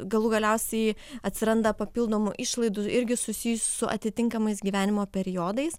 galų galiausiai atsiranda papildomų išlaidų irgi susijusių su atitinkamais gyvenimo periodais